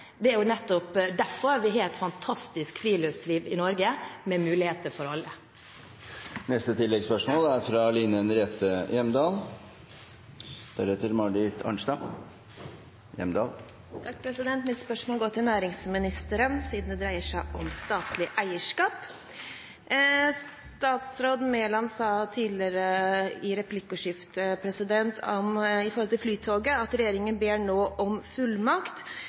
nettopp derfor vi har et fantastisk friluftsliv i Norge med muligheter for alle. Line Henriette Hjemdal – til oppfølgingsspørsmål. Mitt spørsmål går til næringsministeren, siden det dreier seg om statlig eierskap. Statsråd Mæland sa tidligere i replikkordskiftet om Flytoget at regjeringen nå ber om fullmakt,